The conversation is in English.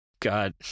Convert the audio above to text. God